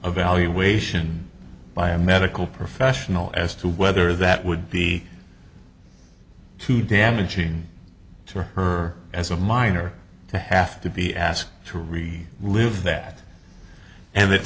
evaluation by a medical professional as to whether that would be too damaging to her as a minor to have to be asked to re live that and that